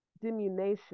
diminution